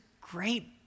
great